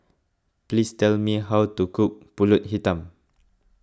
please tell me how to cook Pulut Hitam